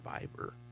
Survivor